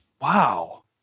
Wow